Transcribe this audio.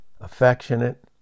affectionate